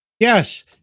Yes